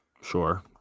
Sure